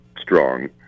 strong